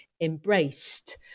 embraced